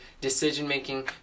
decision-making